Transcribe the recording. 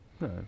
No